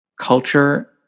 culture